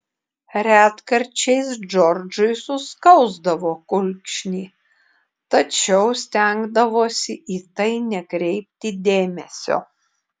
retkarčiais džordžui suskausdavo kulkšnį tačiau stengdavosi į tai nekreipti dėmesio